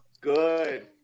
Good